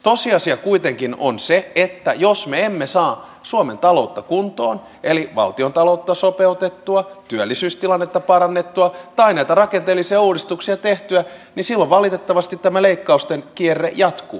tosiasia kuitenkin on se että jos me emme saa suomen taloutta kuntoon eli valtiontaloutta sopeutettua työllisyystilannetta parannettua tai näitä rakenteellisia uudistuksia tehtyä niin silloin valitettavasti tämä leikkausten kierre jatkuu